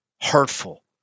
hurtful